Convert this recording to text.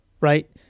right